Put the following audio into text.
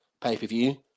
pay-per-view